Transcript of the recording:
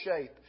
shape